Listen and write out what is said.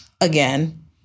again